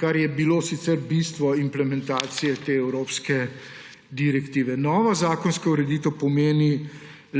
kar je bilo sicer bistvo implementacije te evropske direktive. Nova zakonska ureditev pomeni